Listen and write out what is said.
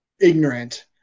ignorant